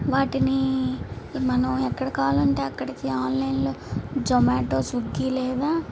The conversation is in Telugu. వాటినీ మనం ఎక్కడికి కావాలంటే అక్కడికి ఆన్లైన్లో జొమాటో స్విగ్గీ లేదా